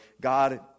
God